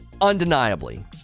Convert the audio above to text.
Undeniably